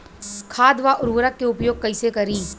खाद व उर्वरक के उपयोग कइसे करी?